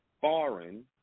foreign